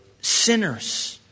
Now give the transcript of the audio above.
sinners